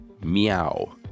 Meow